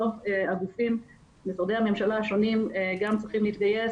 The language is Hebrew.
בסוף משרדי הממשלה השונים גם צריכים להתגייס